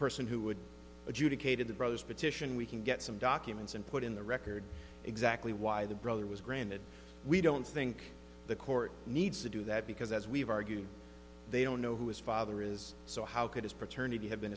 the brothers petition we can get some documents and put in the record exactly why the brother was granted we don't think the court needs to do that because as we've argued they don't know who his father is so how could his paternity have been